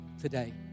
today